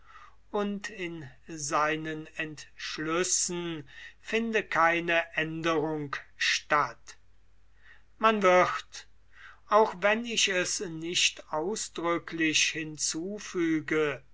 und in seinen entschlüssen finde keine aenderung statt man wird auch wenn ich es nicht hinzufüge